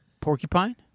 Porcupine